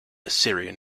assyrian